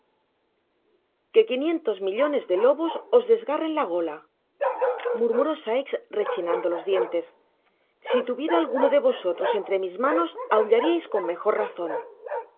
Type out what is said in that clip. ue quinientos millones de lobos os desgarren la gola murmuró sikes rechinando los dientessi tuviera alguno de vosotros entre mis manos aullariais con mejor razon